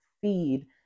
feed